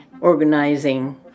organizing